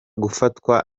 gufatwa